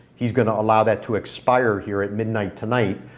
he's going to allow that to expire here at midnight tonight.